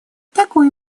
такую